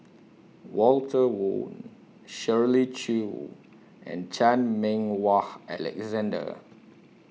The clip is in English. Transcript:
Walter Woon Shirley Chew and Chan Meng Wah Alexander